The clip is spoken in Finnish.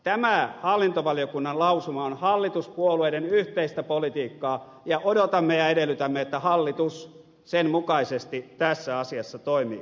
tämä hallintovaliokunnan lausuma on hallituspuolueiden yhteistä politiikkaa ja odotamme ja edellytämme että hallitus sen mukaisesti tässä asiassa toimii